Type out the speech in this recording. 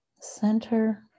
center